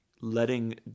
letting